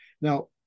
now